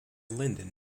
linden